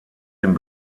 den